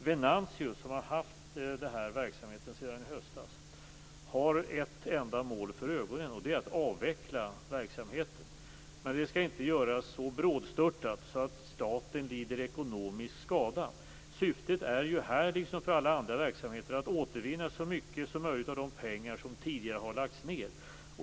Venantius, som har haft verksamheten sedan i höstas, har ett enda mål för ögonen, och det är att avveckla verksamheten. Men det skall inte göras så brådstörtat att staten lider ekonomisk skada. Syftet är här, liksom för alla andra verksamheter, att återvinna så mycket som möjligt av de pengar som tidigare har lagts ned.